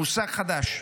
מושג חדש.